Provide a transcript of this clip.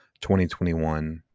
2021